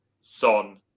Son